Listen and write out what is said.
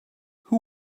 who